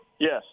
yes